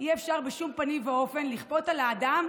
אבל אי-אפשר בשום פנים ואופן לכפות על האדם